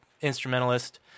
instrumentalist